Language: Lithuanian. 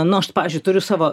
nu aš tai pavyzdžiui turiu savo